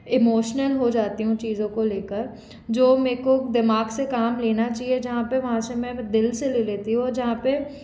emotional हो जाती हूँ चीज़ों को लेकर जो मेको दिमाग से काम लेना चाहिए जहाँ पे वहाँ से मैं दिल से ले लेती हूँ और जहाँ पे